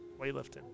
weightlifting